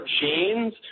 genes